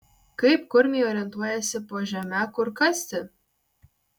kaip kurmiai orientuojasi po žeme kur kasti